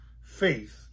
faith